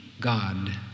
God